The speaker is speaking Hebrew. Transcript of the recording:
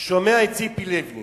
שומע את ציפי לבני